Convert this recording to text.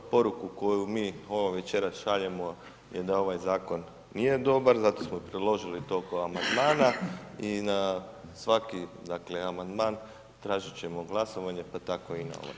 Poruku koju mi ovo večeras šaljemo je da ovaj zakon nije dobar, zato smo priložili tolko amandmana i na svaki dakle amandman tražit ćemo glasovanje, pa tako i na ovaj.